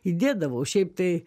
įdėdavau šiaip tai